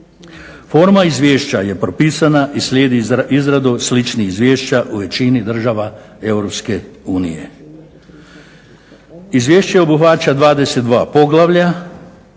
Forma izvješća je propisana i slijedi izradu sličnih izvješća u većini država EU. Izvješće obuhvaća 22 poglavlja